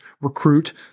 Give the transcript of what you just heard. recruit